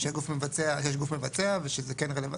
שבה יש גוף מבצע וזה כן רלוונטי.